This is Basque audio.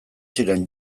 ziren